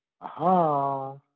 Aha